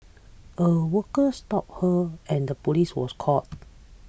a worker stopped her and the police was called